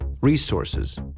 resources